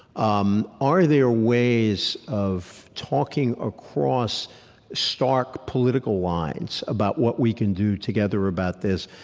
um are there ways of talking across stark political lines about what we can do together about this?